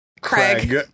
Craig